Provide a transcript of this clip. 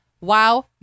Wow